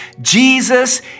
Jesus